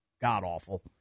god-awful